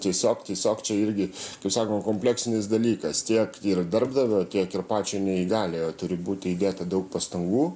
tiesiog tiesiog čia irgi kaip sakoma kompleksinis dalykas tiek ir darbdavio tiek ir pačio neįgaliojo turi būti įdėta daug pastangų